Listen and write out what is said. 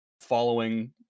following